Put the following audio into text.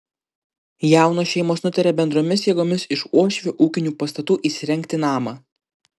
jaunos šeimos nutarė bendromis jėgomis iš uošvių ūkinių pastatų įsirengti namą